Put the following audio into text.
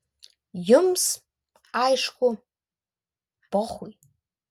jums aišku pochui